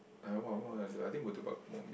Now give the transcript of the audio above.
like what what are the I think Murtabak more